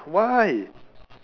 why